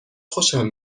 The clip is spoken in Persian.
خوشم